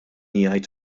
jgħid